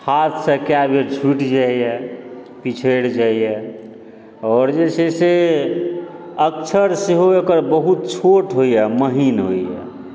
हाथसँ कए बेर छूटि जाइए पिछड़ि जाइए और जे छै से अक्षर सेहो एकर बहुत छोट होइए महीन होइए